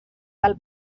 del